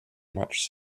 much